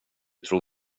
tror